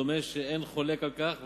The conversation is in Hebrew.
דומה שאין חולק על כך,